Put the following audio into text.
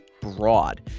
broad